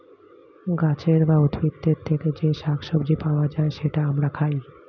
গাছের বা উদ্ভিদের থেকে যে শাক সবজি পাওয়া যায়, সেটা আমরা খাই